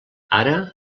ara